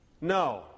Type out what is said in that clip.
no